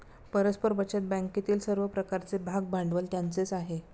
परस्पर बचत बँकेतील सर्व प्रकारचे भागभांडवल त्यांचेच आहे